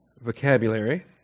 vocabulary